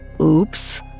Oops